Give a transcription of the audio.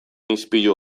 ispilu